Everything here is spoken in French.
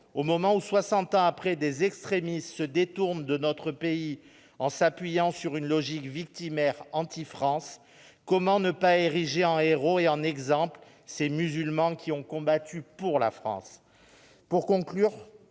ans après les faits, des extrémistes se détournent de notre pays selon une logique victimaire anti-France, comment ne pas ériger en héros et en exemples ces musulmans qui ont combattu pour la France ?